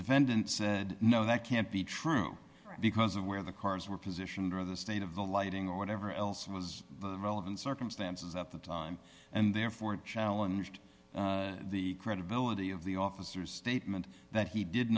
defendant said no that can't be true because of where the cars were positioned or the state of the lighting or whatever else was relevant circumstances at the time and therefore the challenge to the credibility of the officers statement that he did